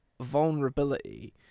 vulnerability